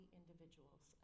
individuals